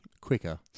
quicker